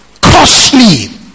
costly